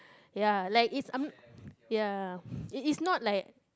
ya like it's um~ ya it is not like